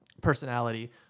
personality